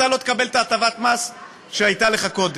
אתה לא תקבל את הטבת המס שהייתה לך קודם.